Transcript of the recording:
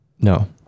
No